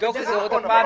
תבדוק עוד פעם.